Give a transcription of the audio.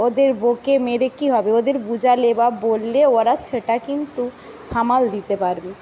ওদের বকে মেরে কী হবে ওদের বোঝালে বা বললে ওরা সেটা কিন্তু সামাল দিতে পারবে